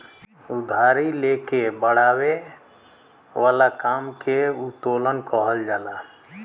उधारी ले के बड़ावे वाला काम के उत्तोलन कहल जाला